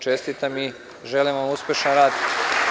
Čestitam i želim vam uspešan rad.